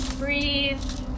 Breathe